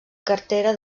cartera